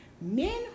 men